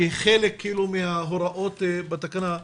כחלק מההוראות בתקנה.